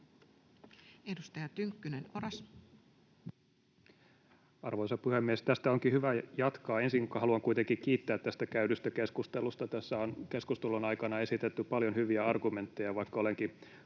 Edustaja Tynkkynen, Oras. Arvoisa puhemies! Tästä onkin hyvä jatkaa. Ensin haluan kuitenkin kiittää tästä käydystä keskustelusta. Tässä on keskustelun aikana esitetty paljon hyviä argumentteja. Vaikka olenkin